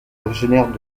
originaire